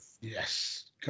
yes